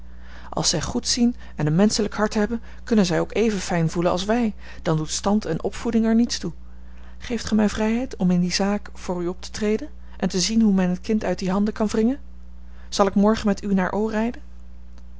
als zij goed zien en een menschelijk hart hebben kunnen zij ook even fijn voelen als wij dan doet stand en opvoeding er niets toe geeft gij mij vrijheid om in die zaak voor u op te treden en te zien hoe men het kind uit die handen kan wringen zal ik morgen met u naar